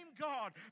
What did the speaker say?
God